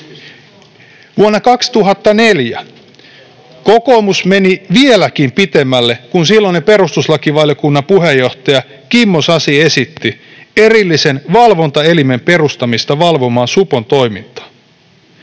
Vuonna 2004 kokoomus meni vieläkin pitemmälle, kun silloinen perustuslakivaliokunnan puheenjohtaja Kimmo Sasi esitti erillisen valvontaelimen perustamista valvomaan supon toimintaa.